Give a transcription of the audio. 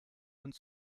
und